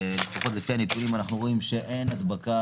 ולפחות לפי הנתונים אנחנו רואים שאין הדבקה